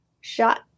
shot